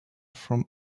from